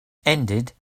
ended